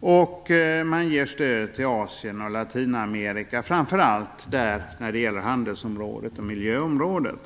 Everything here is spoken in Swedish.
och man ger stöd till Asien och Latinamerika. Där gäller det framför allt handelsområdet och miljöområdet.